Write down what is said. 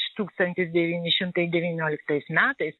tūkstantis devyni šimtai devynioliktais metais